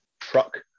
truck